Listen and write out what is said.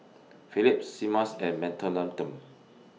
Phillips Simmons and Mentholatum